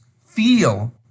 feel